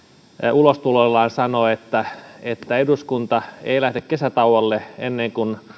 ulostuloillaan sanoivat että että eduskunta ei lähde kesätauolle ennen kuin